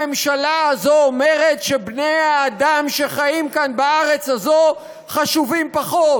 הממשלה הזו אומרת שבני האדם שחיים כאן בארץ הזו חשובים פחות.